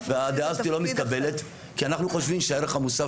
הדעה הזאת לא מתקבלת כי אנחנו חושבים שהערך המוסף